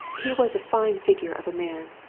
he was a fine figure of a man,